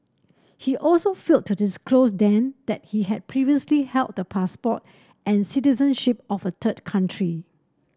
he also failed to disclose then that he had previously held the passport and citizenship of a third country